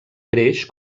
creix